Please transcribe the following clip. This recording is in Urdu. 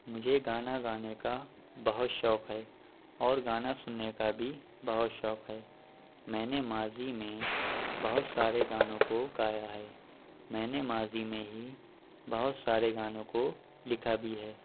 مجھے گانے گانا کا بہت شوق ہے اور گانا سننے کا بھی بہت شوق ہے میں نے ماضی میں بہت سارے گانوں کو گایا ہے میں نے ماضی میں ہی بہت سارے گانوں کو لکھا بھی ہے